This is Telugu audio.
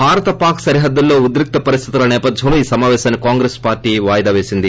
భారత్ పాక్ సరిహద్లుల్లో ఉద్రిక్త పరిస్తితుల సేపథ్యంలో ఈ సమావేశాన్ని కాంగ్రెస్ పార్లీ వాయిదా పేసింది